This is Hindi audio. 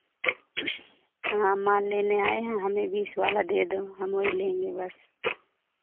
हाँ मान लेने आए हैं हमे बीस वाला दे दो हम वही लेंगे बस